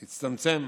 הצטמצם.